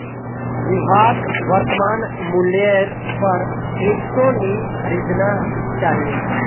विभाक वर्तमान मूल्येर पर क्रिप्टो नी खरीदना चाहिए